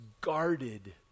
guarded